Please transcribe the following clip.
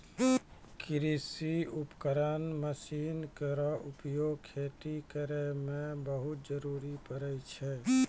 कृषि उपकरण मसीन केरो उपयोग खेती करै मे बहुत जरूरी परै छै